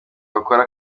bakora